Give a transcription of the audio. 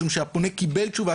משום שהפונה קיבל תשובה,